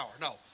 no